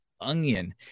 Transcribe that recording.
Onion